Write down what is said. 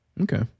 Okay